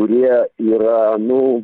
kurie yra nu